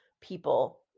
people